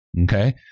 Okay